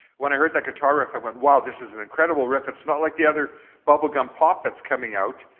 when i heard that guitar riff i went, wow, this is an incredible riff. it's not like the other bubble gum pop that's coming out.